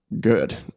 good